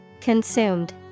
Consumed